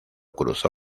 cruzó